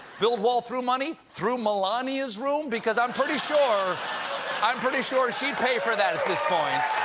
build wall through money? through melania's room? because i'm pretty sure i'm pretty sure she'd pay for that at this point.